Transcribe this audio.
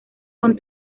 con